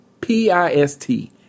P-I-S-T